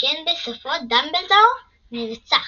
שכן בסופו דמבלדור נרצח.